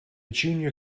junior